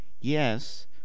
yes